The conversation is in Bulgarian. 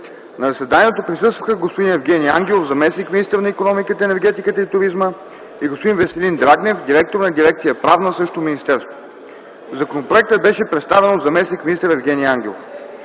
На заседанието присъстваха господин Евгени Ангелов – заместник-министър на икономиката, енергетиката и туризма, и господин Веселин Драгнев – директор на дирекция „Правна” в същото министерство. Законопроектът беше представен от заместник-министър Евгени Ангелов.